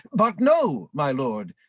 but know, my lord,